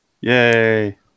Yay